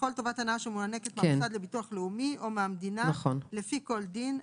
לכל טובת הנאה שמוענקת מהמוסד לביטוח לאומי או מהמדינה לפי כל דין,